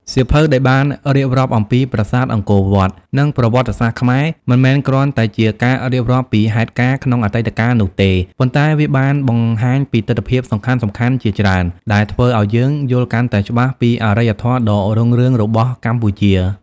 សៀវភៅដែលបានរៀបរាប់អំពីប្រាសាទអង្គរវត្ត និងប្រវត្តិសាស្ត្រខ្មែរ មិនមែនគ្រាន់តែជាការរៀបរាប់ពីហេតុការណ៍ក្នុងអតីតកាលនោះទេ ប៉ុន្តែវាបានបង្ហាញពីទិដ្ឋភាពសំខាន់ៗជាច្រើន ដែលធ្វើឲ្យយើងយល់កាន់តែច្បាស់ពីអរិយធម៌ដ៏រុងរឿងរបស់កម្ពុជា។